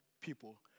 people